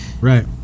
Right